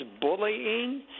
bullying